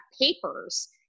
papers